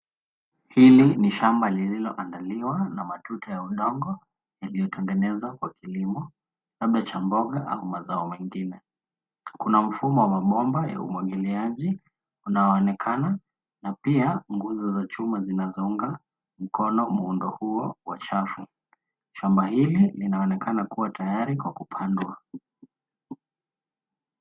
Hili ni shamba lililoandaliwa na matuta ya udongo yaliotengenezwa kwa kilimo labda cha mboga ama mazao mengine. Kuna mfumo wa mabomba ya umwagiliaji unaoonekana na pia nguzo za chuma zinazounga mkono muundo huo wa chafu. Shamba hili linaonekana kuwa tayari kwa kupandwa.